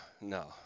no